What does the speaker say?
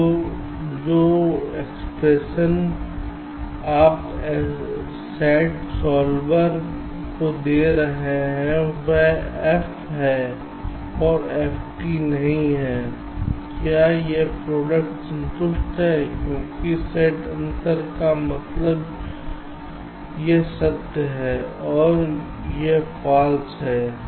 तो जो एक्सप्रेशन आप SATसॉल्वर को दे रहे हैं वह F है और F नहीं है क्या यह प्रोडक्ट संतुष्ट है क्योंकि सेट अंतर का मतलब यह सत्य है और यह फॉल्स है